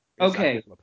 Okay